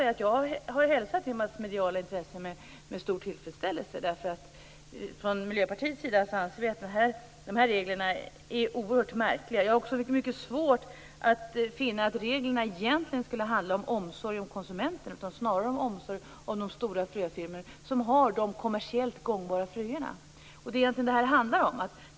Jag har hälsat det massmediala intresset med stor tillfredsställelse. Från Miljöpartiets sida anser vi att dessa regler är oerhört märkliga. Jag har också mycket svårt att finna att reglerna egentligen skulle handla om omsorg om konsumenten, utan det handlar snarare om omsorg om de stora fröfirmor som har de kommersiellt gångbara fröerna. Det är egentligen vad det handlar om.